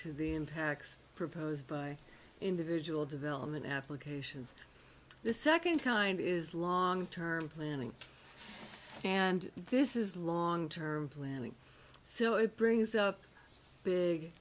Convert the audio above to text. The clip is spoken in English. to the impacts proposed by individual development applications the second kind is long term planning and this is long term planning so it brings up big